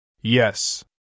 Yes